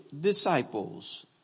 disciples